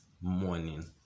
morning